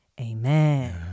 Amen